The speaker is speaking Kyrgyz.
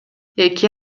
эки